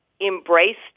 embraced